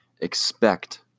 expect